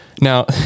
Now